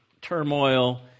turmoil